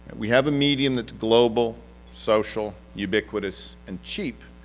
we have a medium that's global social, ubiquitous, and cheap,